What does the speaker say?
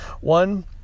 one